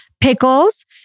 pickles